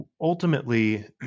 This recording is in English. ultimately